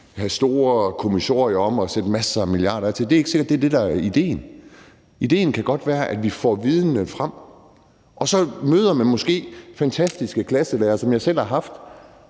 have store kommissorier om og sætte masser af milliarder af til. Det er ikke sikkert, at det er det, der er idéen. Idéen kan godt være, at vi får en viden frem, og så møder man måske fantastiske klasselærere, som jeg selv har haft,